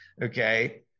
Okay